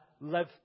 live